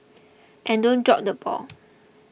and don't drop the ball